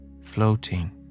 floating